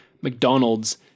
McDonald's